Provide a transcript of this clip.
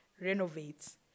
renovate